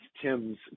Tim's